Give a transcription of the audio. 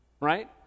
right